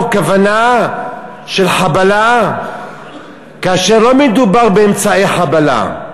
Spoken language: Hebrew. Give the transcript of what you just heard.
כוונה של חבלה כאשר לא מדובר באמצעי חבלה,